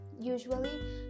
usually